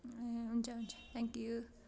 ए हुन्छ हुन्छ thank you